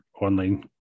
online